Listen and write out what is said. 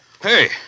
Hey